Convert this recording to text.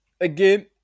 again